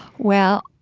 well,